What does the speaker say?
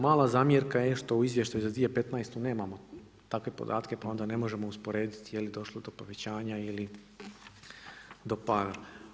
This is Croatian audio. Mala zamjerka je što u izvještaju za 2015. nemamo takve podatke pa onda ne možemo usporedit je li došlo do povećanja ili do pada.